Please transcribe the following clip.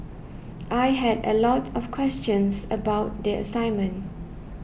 I had a lot of questions about the assignment